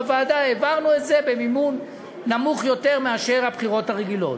בוועדה העברנו את זה במימון נמוך יותר מאשר של הבחירות הרגילות.